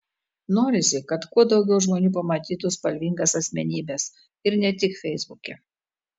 norisi kad kuo daugiau žmonių pamatytų spalvingas asmenybes ir ne tik feisbuke